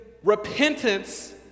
Repentance